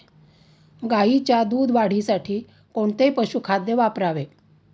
गाईच्या दूध वाढीसाठी कोणते पशुखाद्य वापरावे?